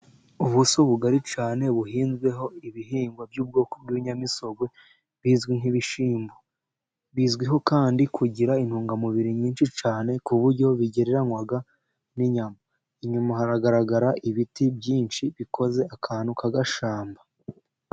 Ubuso bugari cyane buhinzweho ibihingwa by'ubwoko bw'inyamisogwe bizwi nk'ibishyimbo. Bizwiho kandi kugira intungamubiri nyinshi cyane ku buryo bigereranywa n'inyama. inyuma hagaragara ibiti byinshi bikoze akantu k'agashyamba.